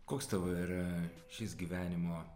koks tavo yra šis gyvenimo